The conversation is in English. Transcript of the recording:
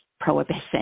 prohibition